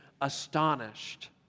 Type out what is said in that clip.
astonished